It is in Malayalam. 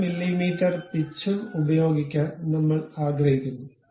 5 മില്ലീമീറ്റർ പിച്ചും ഉപയോഗിക്കാൻ നമ്മൾ ആഗ്രഹിക്കുന്നു